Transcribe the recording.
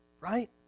Right